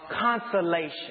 consolation